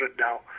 now